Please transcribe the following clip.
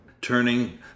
turning